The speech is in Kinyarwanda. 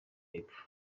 y’epfo